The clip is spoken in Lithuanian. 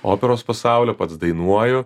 operos pasaulio pats dainuoju